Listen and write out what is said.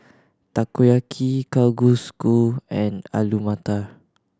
Takoyaki Kalguksu and Alu Matar